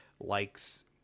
likes